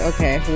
Okay